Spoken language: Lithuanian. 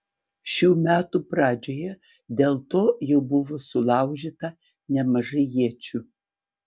šių metų pradžioje dėl to jau buvo sulaužyta nemažai iečių